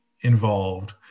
involved